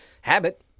habit